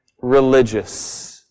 religious